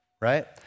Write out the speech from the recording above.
right